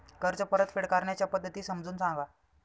कर्ज परतफेड करण्याच्या पद्धती समजून सांगा